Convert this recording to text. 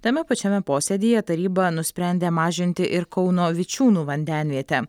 tame pačiame posėdyje taryba nusprendė mažinti ir kauno vičiūnų vandenvietę